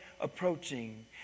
approaching